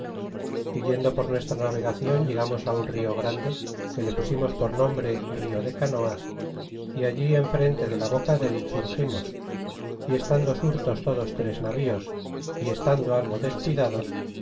yendo por nuestra navegacion llegamos un rio grande que le pusimos por nombre rio de canoas y allí enfrento de la boca del surgimos y estando surtos todos tres navíos y estando algo descuidados